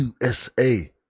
USA